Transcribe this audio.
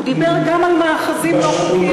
הוא דיבר גם על מאחזים לא חוקיים.